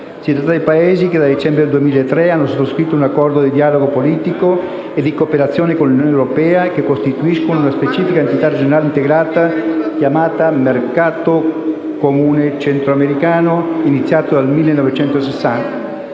Si tratta di Paesi che dal dicembre del 2003 hanno sottoscritto un Accordo di dialogo politico e di cooperazione con l'Unione europea e che costituiscono una specifica entità regionale integrata chiamata Mercato comune centroamericano, iniziato sin nel 1960.